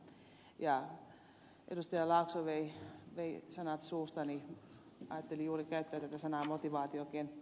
laakso vei sanat suustani ajattelin juuri käyttää tätä sanaa motivaatiokenttä